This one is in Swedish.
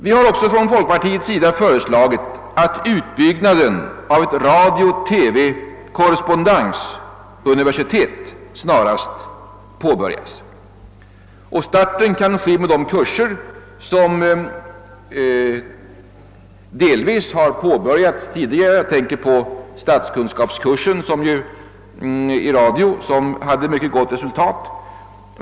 Vi har också från folkpartiets sida föreslagit, att utbyggnaden av ett radiooch TV-korrespondensuniversitet snarast påbörjas. Starten kan ske med de kurser som delvis tidigare har påbörjats. Jag tänker på statskunskapskursen i radio som gav ett mycket gott resultat.